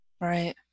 Right